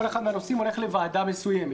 כל אחד מהנושאים הולך לוועדה מסוימת.